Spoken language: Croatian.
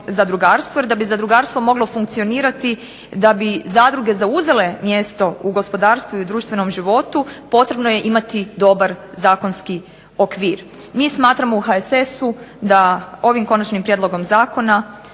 zadrugarstvu jer da bi zadrugarstvo moglo funkcionirati, da bi zadruge zauzele mjesto u gospodarstvu i u društvenom životu potrebno je imati dobar zakonski okvir. Mi smatramo u HSS-u da ovim konačnim prijedlogom zakona